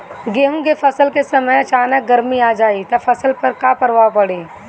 गेहुँ के फसल के समय अचानक गर्मी आ जाई त फसल पर का प्रभाव पड़ी?